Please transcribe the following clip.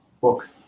book